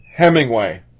Hemingway